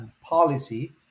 Policy